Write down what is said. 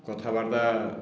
କଥାବାର୍ତ୍ତା